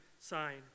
sign